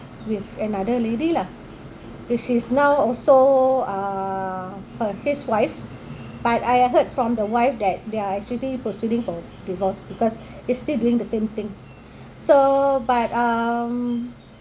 with another lady lah which she's now also uh her his wife but I heard from the wife that they are actually proceeding for divorce because he's still doing the same thing so but um